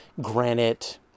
granite